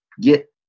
get